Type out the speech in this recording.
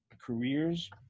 careers